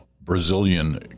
Brazilian